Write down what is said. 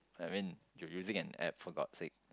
I mean you using an app for god sake